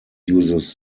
uses